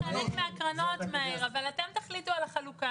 מאיר, זה חלק מהקרנות, אבל אתם תחליטו על החלוקה.